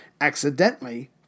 accidentally